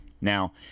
Now